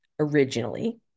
Originally